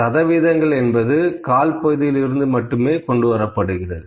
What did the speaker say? சதவீதங்கள் என்பது கால்பகுதியில் இருந்து மட்டுமே கொண்டுவரப்படுகிறது